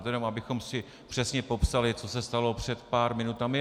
To jenom abychom si přesně popsali, co se stalo před pár minutami.